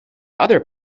other